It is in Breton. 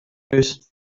eus